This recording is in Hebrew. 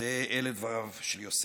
אלה דבריו של יוסף.